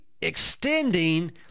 extending